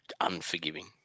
unforgiving